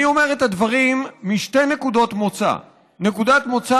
אני אומר את הדברים משתי נקודות מוצא: נקודת מוצא